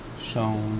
shown